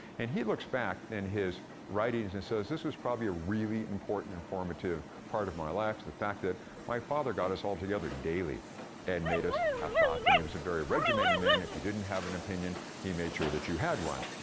and he looks back in his writings and says, this was probably a really important formative part of my life, the fact that my father got us all together daily and made us have thoughts. and he was a very regimented man. if you didn't have an opinion, he made sure that you had one.